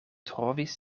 trovis